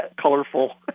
colorful